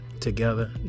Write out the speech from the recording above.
together